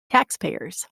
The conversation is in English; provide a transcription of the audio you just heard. taxpayers